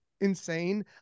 insane